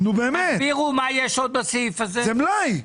זה מלאי.